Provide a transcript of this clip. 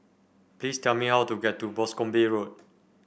please tell me how to get to Boscombe Road